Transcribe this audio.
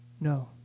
No